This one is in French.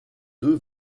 deux